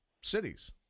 cities